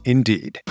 Indeed